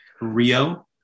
Rio